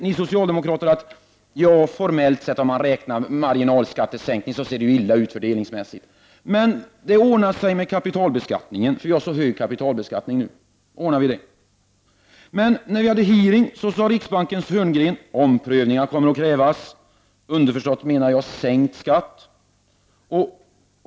Ni socialdemokrater säger: Formellt sett ser det illa ut fördelningsmässigt, om man räknar på marginalskattesänkningen, men det ordnar sig med kapitalbeskattningen — vi får så hög kapitalbeskattning nu. Men när vi hade utfrågning sade riksbankens Hörngren: Omprövningar kommer att krävas — underförstått: sänkt kapitalskatt.